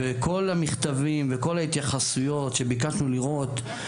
כל המכתבים וכל ההתייחסויות שביקשנו לראות,